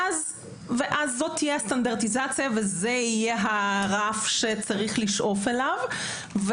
ואז זו תהיה הסטנדרטיזציה וזה יהיה הרף שיש לשאוף אליו.